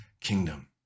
kingdom